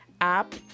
app